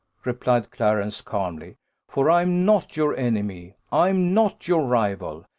replied clarence calmly for i am not your enemy i am not your rival.